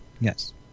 Yes